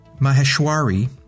Maheshwari